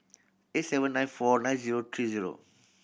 eight seven nine four nine zero three zero